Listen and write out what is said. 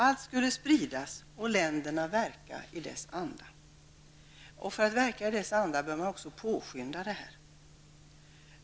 Allt skulle spridas, och länderna skulle verka i konventionens anda. För att verka i konventionens anda bör man också påskynda ärendet.